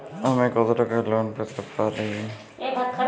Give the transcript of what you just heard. আমি কত টাকা লোন পেতে পারি?